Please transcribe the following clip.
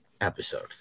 episode